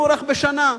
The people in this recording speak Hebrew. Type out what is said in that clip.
יוארך בשנה?